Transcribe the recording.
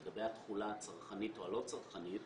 לגבי התחולה הצרכנית או הלא-צרכנית,